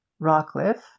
Rockcliffe